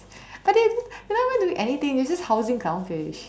but then they never even do anything you just housing clownfish